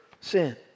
sin